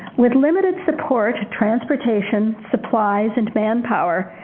with limited support, transportation, supplies, and manpower,